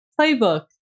Playbook